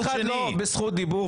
אף אחד לא בזכות דיבור.